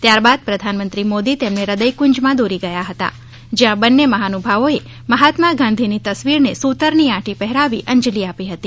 ત્યારબાદ પ્રધાનમંત્રી મોદી તેમને હૃદય કુંજ માં દોરી ગયા હતા જ્યાં બંને મહાનુભાવો એ મહાત્મા ગાંધીની તસવીર ને સૂતર ની આંટી પહેરાવી અંજલિ આપી હતી